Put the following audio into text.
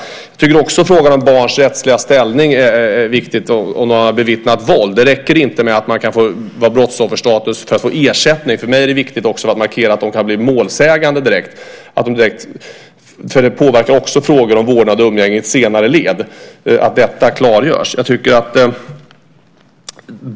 Frågan om barns rättsliga ställning när de har bevittnat våld är viktig. Det räcker inte med att man kan få brottsofferstatus för att få ersättning. För mig är det viktigt att markera att de också kan bli målsägande. Att det klargörs påverkar också frågor om vårdnad och umgänge i ett senare led.